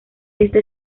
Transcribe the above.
éste